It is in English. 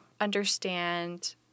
understand